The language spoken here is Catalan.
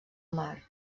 mar